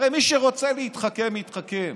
הרי מי שרוצה להתחכם, יתחכם.